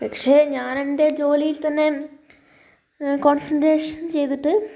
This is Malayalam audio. പക്ഷേ ഞാൻ എൻ്റെ ജോലിയിൽ തന്നെ കോൺസെൻട്രേഷൻ ചെയ്തിട്ട്